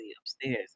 upstairs